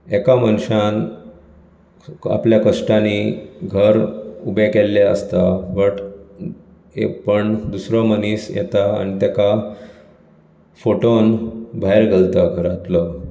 एका मनशान आपल्या कश्टांनी घर उबें केल्ले आसता बट एक पण दुसरो मनीस येता आनी तेका फटोवन भायर घालता घरांतलो